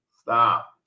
Stop